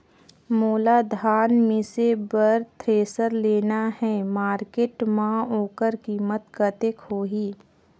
मोला धान मिसे बर थ्रेसर लेना हे मार्केट मां होकर कीमत कतेक होही?